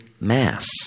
Mass